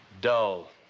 Dull